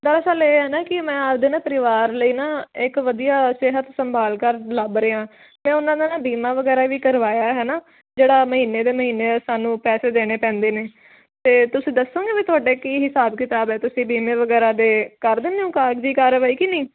ਦਰਅਸਲ ਇਹ ਐ ਨਾ ਕੀ ਮੈਂ ਆਪਦੇ ਨਾ ਪਰਿਵਾਰ ਲਈ ਨਾ ਇੱਕ ਵਧੀਆ ਸਿਹਤ ਸੰਭਾਲ ਘਰ ਲੱਭ ਰਿਆਂ ਤੇ ਉਨ੍ਹਾਂ ਦਾ ਨਾ ਬੀਮਾ ਵਗੈਰਾ ਵੀ ਕਰਵਾਇਆ ਹੈਨਾ ਜਿਹੜਾ ਮਹੀਨੇ ਦੇ ਮਹੀਨੇ ਸਾਨੂੰ ਪੈਸੇ ਦੇਣੇ ਪੈਂਦੇ ਨੇ ਤੇ ਤੁਸੀਂ ਦੱਸੋਂਗੇ ਵੀ ਤੁਹਾਡਾ ਕੀ ਹਿਸਾਬ ਕਿਤਾਬ ਐ ਤੁਸੀਂ ਬੀਮੇ ਵਗੈਰਾ ਦੇ ਕਰ ਦਿੰਨੇ ਓ ਕਾਗਜ਼ੀ ਕਾਰਵਾਈ ਕੇ ਨਈਂ